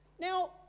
Now